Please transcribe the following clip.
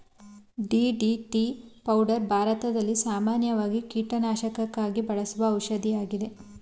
DDT powder ಭಾರತದಲ್ಲಿ ಸಾಮಾನ್ಯವಾಗಿ ಕೀಟನಾಶಕಕ್ಕಾಗಿ ಬಳಸುವ ಔಷಧಿಯಾಗಿದೆ